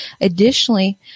Additionally